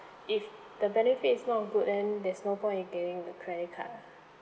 if the benefit is not good then there's no point in getting the credit card lah